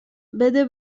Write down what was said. بده